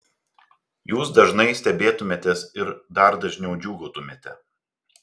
jūs dažnai stebėtumėtės ir dar dažniau džiūgautumėte